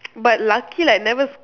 but lucky like never s~